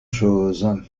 chose